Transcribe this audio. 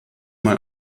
mal